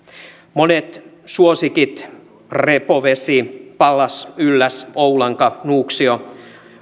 monet suosikit repovesi pallas ylläs oulanka nuuksio